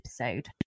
episode